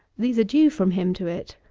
these are due from him to it.